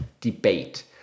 debate